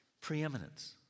preeminence